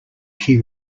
key